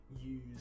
use